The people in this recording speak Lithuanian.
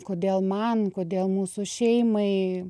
kodėl man kodėl mūsų šeimai